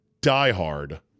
diehard